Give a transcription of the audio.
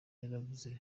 yarabuze